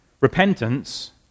Repentance